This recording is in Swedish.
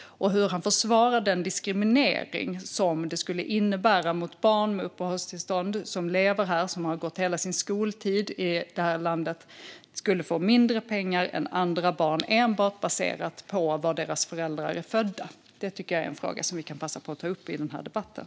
Hur försvarar ledamoten den diskriminering som det skulle innebära att barn med uppehållstillstånd som lever här och som har gått hela sin skoltid i det här landet skulle få mindre pengar än andra barn enbart baserat på var deras föräldrar är födda? Det tycker jag är en fråga som vi kan passa på att ta upp i den här debatten.